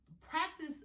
practice